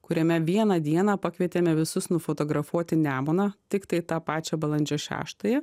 kuriame vieną dieną pakvietėme visus nufotografuoti nemuną tiktai tą pačią balandžio šeštąją